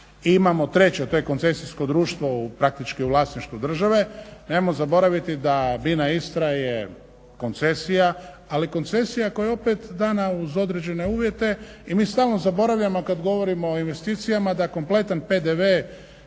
i imamo treće, to je koncesijsko društvo praktički u vlasništvu države. Nemojmo zaboraviti da Bina-Istra je koncesija ali koncesija koja je opet dana uz određene uvjete i mi stalno zaboravljamo kada govorimo o investicijama da kompletan PDV